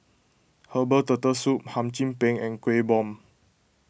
Herbal Turtle Soup Hum Chim Peng and Kueh Bom